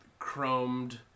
chromed